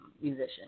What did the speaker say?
Musician